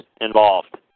involved